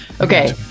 Okay